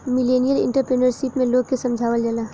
millennial entrepreneurship में लोग के समझावल जाला